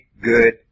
good